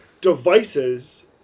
devices